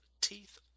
teeth